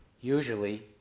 Usually